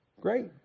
great